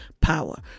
power